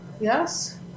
Yes